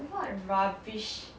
what rubbish